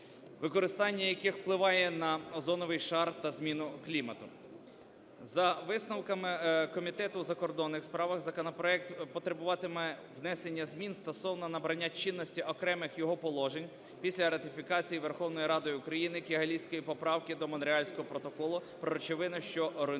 використання яких впливає на озоновий шар та зміну клімату. За висновками Комітету у закордонних справах законопроект потребуватиме внесення змін стосовно набрання чинності окремих його положень після ратифікації Верховною Радою України Кігалійської поправки до Монреальського протоколу про речовини, що руйнують